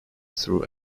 through